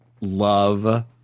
love